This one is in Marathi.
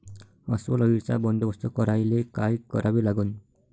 अस्वल अळीचा बंदोबस्त करायले काय करावे लागन?